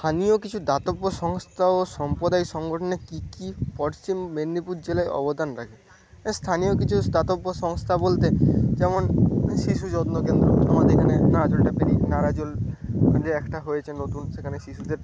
স্থানীয় কিছু দাতব্য সংস্থা ও সম্প্রদায় সংগঠনের কি কি পশ্চিম মেদনীপুর জেলায় অবদান রাখে স্থানীয় কিছু দাতব্য সংস্থা বলতে যেমন শিশু যত্নকেন্দ্র আমাদের এখানে নারাজলটা পেরিয়ে নারাজল যে একটা হয়েছে নতুন সেখানে শিশুদের